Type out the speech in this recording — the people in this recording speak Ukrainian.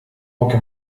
поки